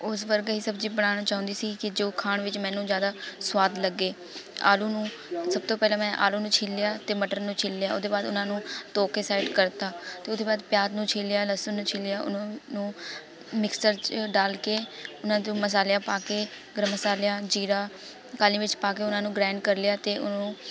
ਉਸ ਵਰਗਾ ਹੀ ਸਬਜ਼ੀ ਬਣਾਉਣਾ ਚਾਹੁੰਦੀ ਸੀ ਕਿ ਜੋ ਖਾਣ ਵਿੱਚ ਮੈਨੂੰ ਜ਼ਿਆਦਾ ਸਵਾਦ ਲੱਗੇ ਆਲੂ ਨੂੰ ਸਭ ਤੋਂ ਪਹਿਲਾਂ ਮੈਂ ਆਲੂ ਨੂੰ ਛਿੱਲਿਆ ਅਤੇ ਮਟਰ ਨੂੰ ਛਿੱਲਿਆ ਉਹਦੇ ਬਾਅਦ ਉਹਨਾਂ ਨੂੰ ਧੋਕੇ ਸਾਈਡ ਕਰਤਾ ਅਤੇ ਉਹਦੇ ਬਾਅਦ ਪਿਆਜ਼ ਨੂੰ ਛਿੱਲਿਆ ਲੱਸਣ ਨੂੰ ਛਿੱਲਿਆ ਉਹਨੂੰ ਨੂੰ ਮਿਕਸਚਰ 'ਚ ਡਾਲ ਕੇ ਉਹਨਾਂ ਦੇ ਮਸਾਲਿਆਂ ਪਾ ਕੇ ਗਰਮ ਮਸਾਲਿਆਂ ਜ਼ੀਰਾ ਕਾਲੀ ਮਿਰਚ ਵਿੱਚ ਪਾ ਕੇ ਉਹਨਾਂ ਨੂੰ ਗ੍ਰਾਇੰਡ ਕਰ ਲਿਆ ਅਤੇ ਉਹਨੂੰ